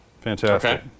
Fantastic